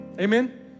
Amen